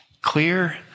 clear